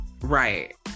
Right